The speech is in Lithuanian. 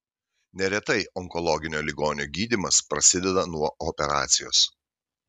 neretai onkologinio ligonio gydymas prasideda nuo operacijos